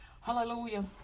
hallelujah